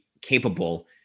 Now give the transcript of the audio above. capable